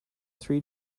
three